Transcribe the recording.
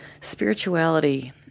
spirituality